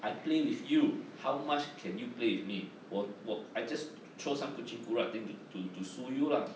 I play with you how much can you play with me 我我 I just throw some to chuhcing kura thing to to sue you lah